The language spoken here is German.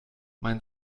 mein